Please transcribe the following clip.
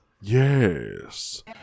Yes